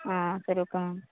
ஆ சரி okay ma'am